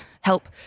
help